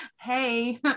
hey